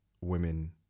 women